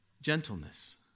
gentleness